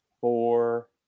four